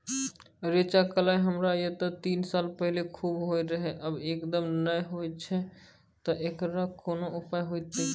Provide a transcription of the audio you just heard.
रेचा, कलाय हमरा येते तीस साल पहले खूब होय रहें, अब एकदम नैय होय छैय तऽ एकरऽ कोनो उपाय हेते कि?